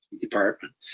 department